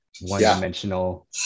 one-dimensional